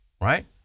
right